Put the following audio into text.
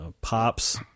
pops